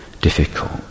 difficult